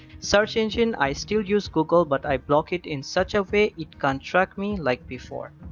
search engine. i still use google, but i block it in such a way it can't track me like before.